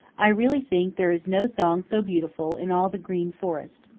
i really think there is no song so beautiful in all the green forest.